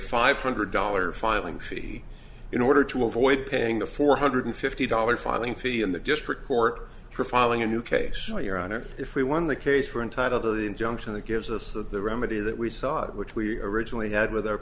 five hundred dollars filing fee in order to avoid paying the four hundred fifty dollars filing fee and the district court for filing a new case no your honor if we won the case for entitled to the injunction that gives us the remedy that we saw which we originally had with